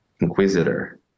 inquisitor